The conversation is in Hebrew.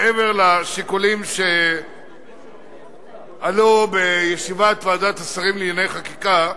מעבר לשיקולים שעלו בישיבת ועדת השרים לענייני חקיקה,